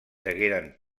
degueren